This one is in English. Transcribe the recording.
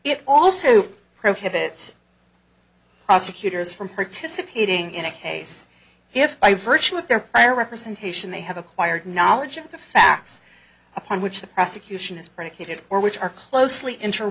it also prohibits prosecutors from participating in a case if by virtue of their prior representation they have acquired knowledge of the facts upon which the prosecution is predicated or which are closely inter